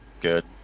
good